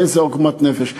איזו עוגמת נפש.